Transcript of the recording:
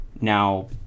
now